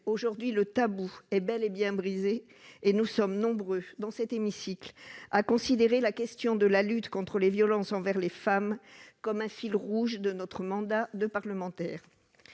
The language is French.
aujourd'hui le tabou est bel et bien brisé. Nous sommes nombreux dans cet hémicycle à considérer la question de la lutte contre les violences envers les femmes comme un fil rouge de notre mandat de parlementaire.